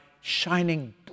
shining